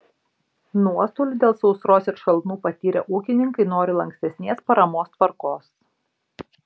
nuostolių dėl sausros ir šalnų patyrę ūkininkai nori lankstesnės paramos tvarkos